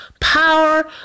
power